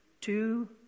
two